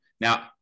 Now